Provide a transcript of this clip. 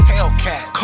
Hellcat